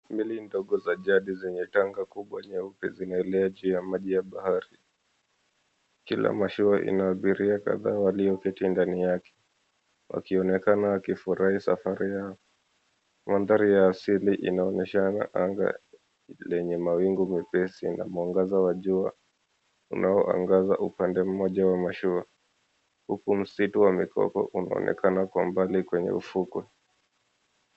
Meli ndogo za jadi zenye tanga kubwa, nyeupe zinaelea juu ya maji ya bahari. Kila mashua ina abiria kadhaa walioketi ndani yake, wakionekana wakifurahi safari yao. Mandhari ya asili inaonyeshana anga lenye mawingu mepesi na mwangaza wa jua unaoangaza upande mmoja wa mashua, huku msitu wa mikoko unaonekana kwamba aliye kwenye ufukwe.